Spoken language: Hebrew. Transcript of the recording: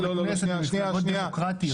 יש חברי כנסת במשלחות דמוקרטיות.